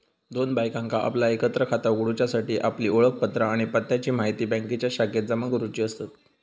दोन बायकांका आपला एकत्र खाता उघडूच्यासाठी आपली ओळखपत्रा आणि पत्त्याची म्हायती बँकेच्या शाखेत जमा करुची असतत